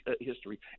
history